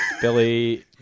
Billy